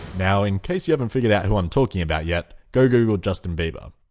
now in case you haven't figured out who i'm talking about yet, go google justin bieber.